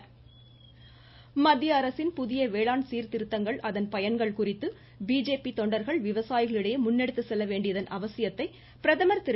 தீன் தயாள் மத்திய அரசின் புதிய வேளாண் சீர்திருத்தங்கள் அதன் பயன்கள் குறித்து பிஜேபி தொண்டர்கள் விவசாயிகளிடையே முன்னெடுத்துச்செல்ல வேண்டியதன் அவசியத்தை பிரதமர் திரு